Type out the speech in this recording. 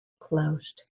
closed